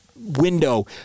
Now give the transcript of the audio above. window